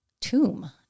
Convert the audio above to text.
tomb